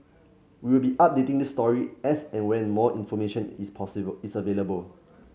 we will be updating this story as and when more information is possible is available